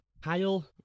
Kyle